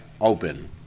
open